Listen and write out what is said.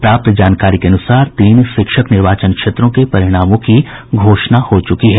प्राप्त जानकारी के अनुसार तीन शिक्षक निर्वाचन क्षेत्रों के परिणामों की घोषणा हो चुकी है